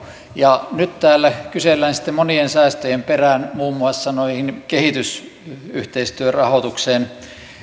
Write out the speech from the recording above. ja nyt täällä kysellään sitten monien säästöjen perään muun muassa tuohon kehitysyhteistyörahoitukseen